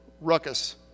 ruckus